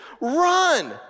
run